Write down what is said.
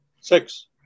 Six